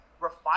refine